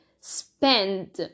spend